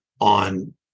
on